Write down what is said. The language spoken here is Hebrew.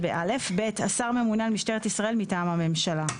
(ב) השר ממונה על משטרת ישראל מטעם הממשלה.